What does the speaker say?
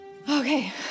Okay